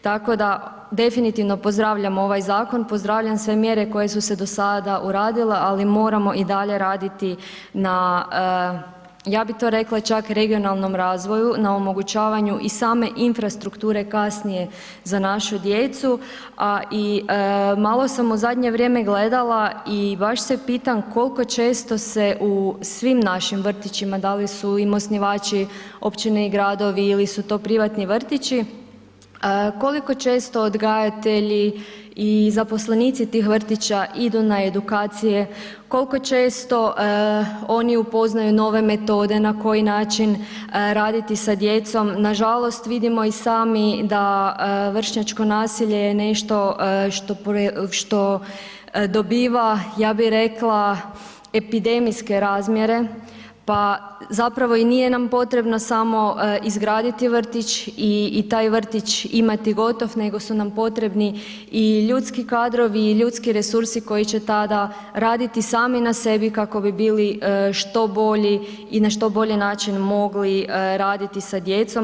Tako da definitivno pozdravljam ovaj zakon, pozdravljam sve mjere koje su se do sada uradile, ali moramo i dalje raditi na ja bi to rekla čak regionalnom razvoju, na omogućavanju i same infrastrukture kasnije za našu djecu, a i malo sam u zadnje vrijeme gledala i baš se pitam koliko često se u svim našim vrtićima, da li su im osnivači općine i gradovi ili su to privatni vrtići, koliko često odgajatelji i zaposlenici tih vrtića idu na edukacije, koliko često oni upoznaju nove metode na koji način raditi sa djecom, nažalost vidimo i sami da vršnjačko nasilje je nešto što dobiva ja bih rekla epidemijske razmjere pa zapravo i nije nam potrebno samo izgraditi vrtić i taj vrtić imati gotov, nego su nam potrebni i ljudski kadrovi i ljudski resursi koji će tada raditi sami na sebi kako bi bili što bolji i na što bolji način mogli raditi sa djecom.